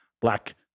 Black